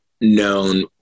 known